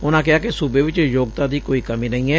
ਉਨੂਾ ਕਿਹਾ ਕਿ ਸੂਬੇ ਵਿਚ ਯੋਗਤਾ ਦੀ ਕੋਈ ਕਮੀ ਨਹੀਂ ਏ